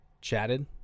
chatted